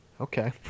Okay